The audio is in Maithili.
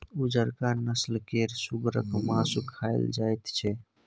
उजरका नस्ल केर सुगरक मासु खाएल जाइत छै